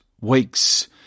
weeks